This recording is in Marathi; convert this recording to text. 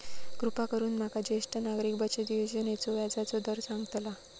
कृपा करून माका ज्येष्ठ नागरिक बचत योजनेचो व्याजचो दर सांगताल